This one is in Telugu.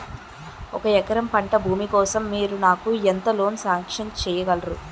ఒక ఎకరం పంట భూమి కోసం మీరు నాకు ఎంత లోన్ సాంక్షన్ చేయగలరు?